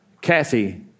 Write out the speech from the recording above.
Kathy